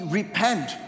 repent